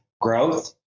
growth